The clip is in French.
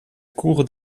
cour